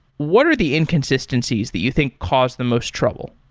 what are the inconsistencies that you think cause the most trouble?